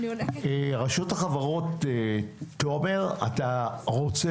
איזושהי -- רשות החברות - תומר - אתה רוצה